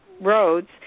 roads